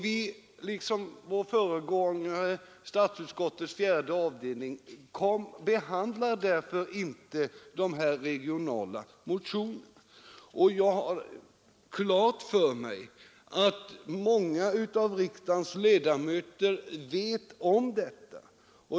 Vi — liksom vår föregångare, statsutskottets fjärde avdelning — behandlar därför de här regionala motionerna på detta sätt. Jag har klart för mig att många av riksdagens ledamöter vet om detta.